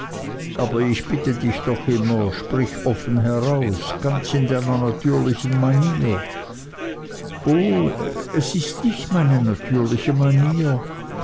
aber ich bitte dich doch immer sprich offen heraus ganz in deiner natürlichen manier o ist es nicht meine natürliche manier